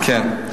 כן.